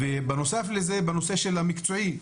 בנוסף לזה בנושא המקצועי,